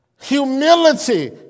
Humility